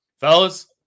Fellas